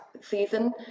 season